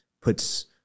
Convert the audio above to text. puts